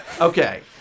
Okay